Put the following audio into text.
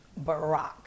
Barack